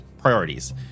priorities